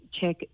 check